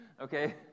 Okay